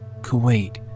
Kuwait